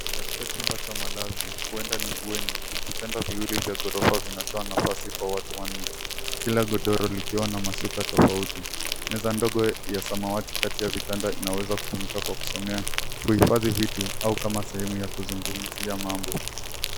Katika chumba cha malazi, huenda ni bweni, vitanda viwili vya ghorofa vinatoa nafasi kwa watu wanne, kila godoro likiwa na mashuka tofauti. Meza ndogo ya samawati kati ya vitanda inaweza kutumika kusomea, kuhifadhi vitu au kama sehemu ya kuzungumzia mambo.